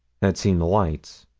had seen lights.